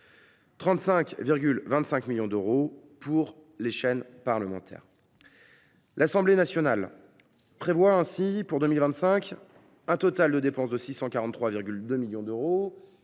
35,25 millions d’euros seraient dévolus aux chaînes parlementaires. L’Assemblée nationale prévoit ainsi pour 2025 un total de dépenses de 643,2 millions d’euros.